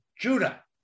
Judah